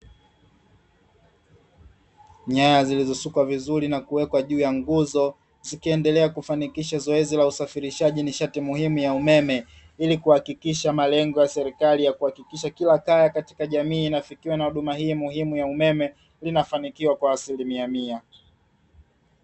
Nyaya zilizosukwa vizuri na kuwekwa juu ya nguzo zikiendelea kufanikisha zoezi la usafirishaji wa nishati muhimu ya umeme, ili kuhakikisha malengo ya serikali ya kuhakikisha kila kaya katika jamii inafikiwa na huduma hii muhimu ya umeme inafanikiwa kwa asilimia mia.